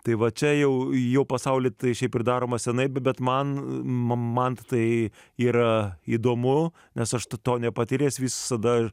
tai va čia jau jo pasaulyj tai šiaip pridaroma seniai bet man man tai yra įdomu nes aš to nepatyręs visada